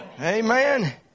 Amen